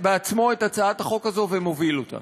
בעצמו את הצעת החוק הזו ומוביל אותה,